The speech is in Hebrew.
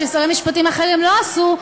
ששרי משפטים אחרים לא עשו,